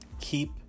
keep